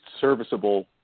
serviceable